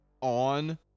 on